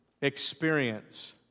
experience